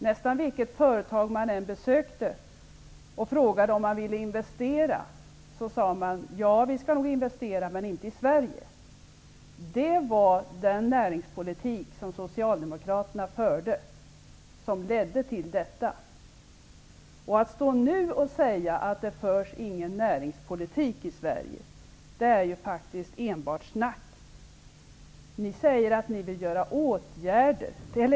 Om man besökte företag och frågade om de ville investera fick man svaret: Ja, vi skall nog investera, men inte i Sverige. Det gällde nästan vilket företag man än besökte. Det var den näringspolitik som Socialdemokraterna förde som ledde till detta. Men nu säger man att det inte förs någon näringspolitik i Sverige. Det är faktiskt enbart snack! Ni säger att ni vill vidta åtgärder.